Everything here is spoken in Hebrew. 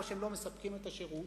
או שהם לא מספקים את השירות,